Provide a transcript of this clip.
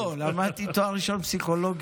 לא, למדתי לתואר ראשון פסיכולוגיה.